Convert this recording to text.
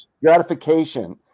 gratification